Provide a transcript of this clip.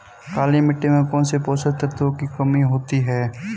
काली मिट्टी में कौनसे पोषक तत्वों की कमी होती है?